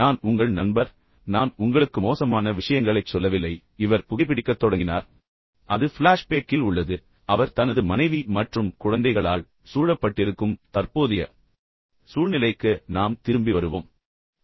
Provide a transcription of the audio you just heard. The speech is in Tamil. நான் உங்கள் நண்பர் நான் உங்களுக்கு மோசமான விஷயங்களைச் சொல்லவில்லை இப்போது இந்த பையன் புகைபிடிக்கத் தொடங்கினார் அது ஃப்ளாஷ்பேக்கில் உள்ளது அவர் தனது மனைவி மற்றும் குழந்தைகளால் சூழப்பட்டிருக்கும் தற்போதைய சூழ்நிலைக்கு நாம் திரும்பி வருவோம்